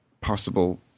possible